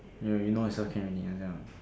ya you know yourself can already you know